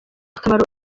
akamaro